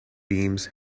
beams